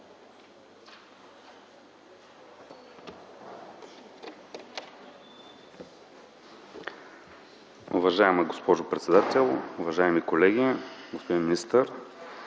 Уважаема госпожо председател, уважаеми колеги, господин министър!